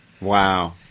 wow